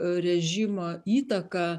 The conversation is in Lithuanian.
režimo įtaką